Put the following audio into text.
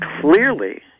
clearly